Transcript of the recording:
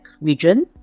region